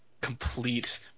complete